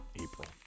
April